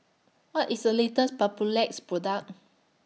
What IS The latest Papulex Product